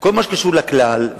בכל מה שקשור לכלל,